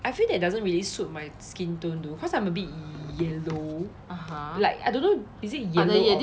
I feel that doesn't really suit my skin tone though cause I'm a bit ye~ yellow like I don't know is it yello or